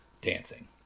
dancing